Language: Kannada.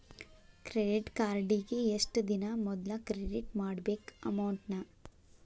ಕ್ರೆಡಿಟ್ ಕಾರ್ಡಿಗಿ ಎಷ್ಟ ದಿನಾ ಮೊದ್ಲ ಕ್ರೆಡಿಟ್ ಮಾಡ್ಬೇಕ್ ಅಮೌಂಟ್ನ